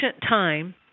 time